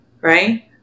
Right